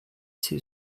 two